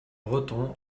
breton